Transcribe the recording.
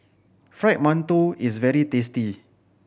Fried Mantou is very tasty